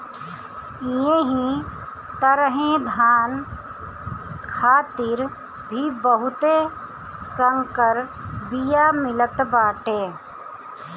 एही तरहे धान खातिर भी बहुते संकर बिया मिलत बाटे